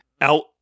out